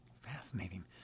Fascinating